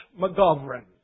McGovern